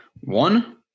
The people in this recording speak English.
One